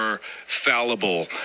fallible